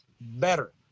better